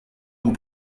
dem